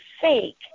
fake